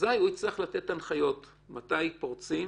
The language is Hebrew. אזי הוא יצטרך לתת הנחיות מתי פורצים